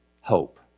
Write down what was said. hope